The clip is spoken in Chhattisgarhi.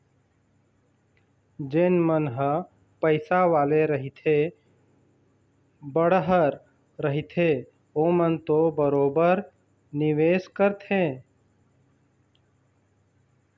जेन मन ह पइसा वाले रहिथे बड़हर रहिथे ओमन तो बरोबर निवेस करथे